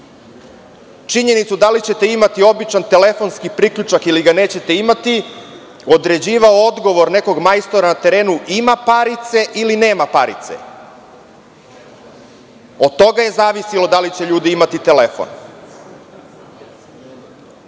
činjenicu da li ćete imati običan telefonski priključak ili ga nećete imati, određivao odgovor nekog majstora na terenu, ima parice ili nema parice. Od toga je zavisilo da li će ljudi imati telefon. Kada